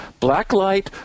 Blacklight